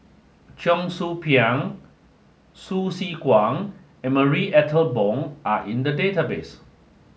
Cheong Soo Pieng Hsu Tse Kwang and Marie Ethel Bong are in the database